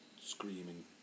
screaming